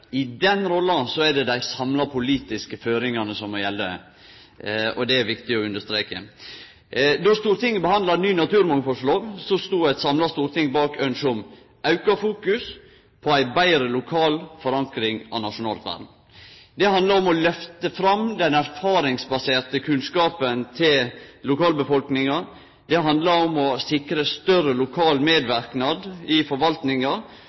I den rolla er det dei samla politiske føringane som må gjelde. Det er det viktig å understreke. Då Stortinget behandla ny naturmangfaldlov, stod eit samla storting bak ynsket om auka fokus på ei betre lokal forankring av nasjonalt vern. Det handlar om å lyfte fram den erfaringsbaserte kunnskapen til lokalbefolkninga. Det handlar om å sikre større lokal medverknad i forvaltninga